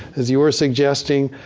as you're suggesting,